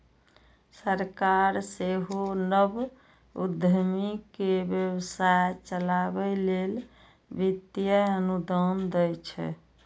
सरकार सेहो नव उद्यमी कें व्यवसाय चलाबै लेल वित्तीय अनुदान दै छै